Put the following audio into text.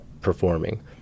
performing